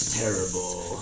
terrible